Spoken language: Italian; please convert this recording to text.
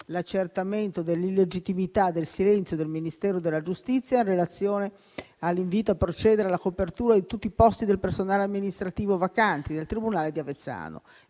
l'accertamento dell'illegittimità del silenzio del Ministero della giustizia in relazione all'invito a procedere alla copertura di tutti i posti del personale amministrativo vacanti nel tribunale di Avezzano.